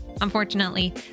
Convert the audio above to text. Unfortunately